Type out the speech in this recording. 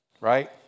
Right